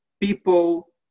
people